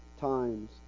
times